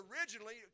originally